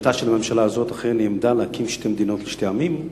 שעמדתה של הממשלה הזו אכן היא עמדה להקים שתי מדינות לשני עמים,